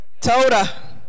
Toda